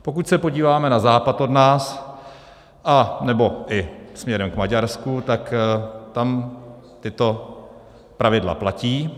Pokud se podíváme na západ od nás anebo i směrem k Maďarsku, tam tato pravidla platí.